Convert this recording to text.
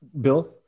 Bill